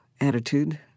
attitude